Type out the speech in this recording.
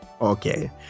Okay